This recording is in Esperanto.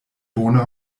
bona